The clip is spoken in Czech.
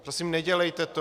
Prosím, nedělejte to.